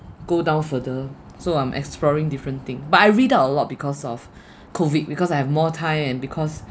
go down further so I'm exploring different thing but I read up a lot because of COVID because I have more time and because